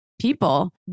people